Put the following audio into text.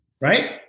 right